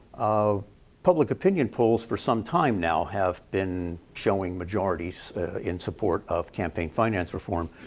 ah public opinion polls for some time now have been showing majorities in support of campaign finance reform.